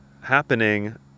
happening